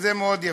וזה מאוד יפה.